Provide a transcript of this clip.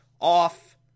off